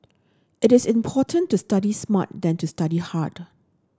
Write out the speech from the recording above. it is important to study smart than to study hard